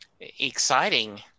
Exciting